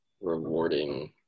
rewarding